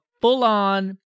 full-on